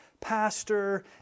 pastor